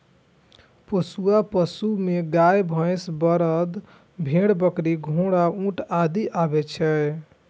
पोसुआ पशु मे गाय, भैंस, बरद, भेड़, बकरी, घोड़ा, ऊंट आदि आबै छै